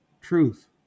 truth